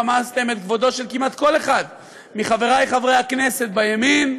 רמסתם את כבודו של כמעט כל אחד מחברי חברי הכנסת בימין,